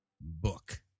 book